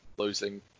Losing